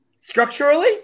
structurally